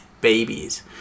babies